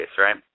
right